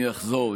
אני אחזור.